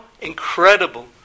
incredible